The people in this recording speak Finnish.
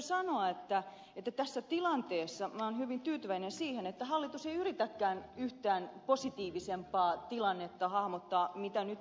täytyy sanoa että tässä tilanteessa minä olen hyvin tyytyväinen siihen että hallitus ei yritäkään yhtään positiivisempaa tilannetta maalailla kuin nyt on